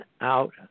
out